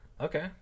okay